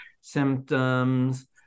symptoms